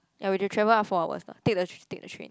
ya we had to travel up four hours lah take the take the train